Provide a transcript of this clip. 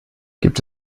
gibt